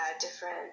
different